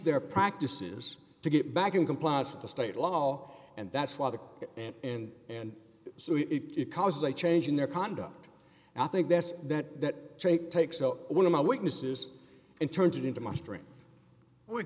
their practices to get back in compliance with the state law and that's why the and and and so if it causes a change in their conduct and i think that's that take take so one of my weaknesses and turns it into my strings were